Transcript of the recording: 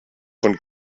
von